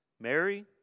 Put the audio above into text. Mary